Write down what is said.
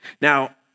Now